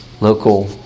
local